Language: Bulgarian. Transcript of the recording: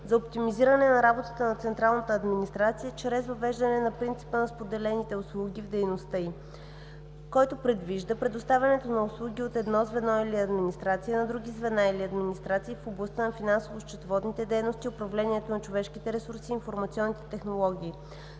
за оптимизиране на работата на централната администрация чрез въвеждане на принципа на споделените услуги в дейността й, който предвижда предоставянето на услуги от едно звено или администрация на други звена или администрации в областта на финансово-счетоводните дейности, управлението на човешките ресурси и информационните технологии.